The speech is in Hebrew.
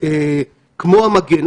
כמו המגן.